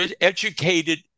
educated